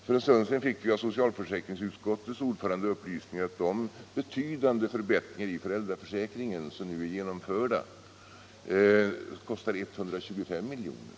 För en stund sedan fick vi av socialförsäkringsutskottets ordförande höra att de betydande förbättringar i föräldraförsäkringen som nu är genomförda kostar 125 miljoner.